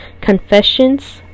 Confessions